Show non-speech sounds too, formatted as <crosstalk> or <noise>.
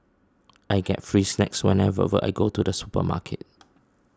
I get free snacks whenever <unintelligible> I go to the supermarket